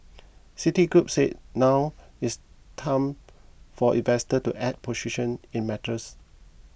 city group said now is time for investors to add positions in metals